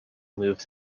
moved